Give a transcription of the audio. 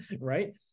Right